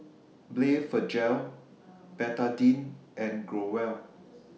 Blephagel Betadine and Growell